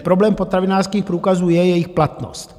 Problém potravinářských průkazů je jejich platnost.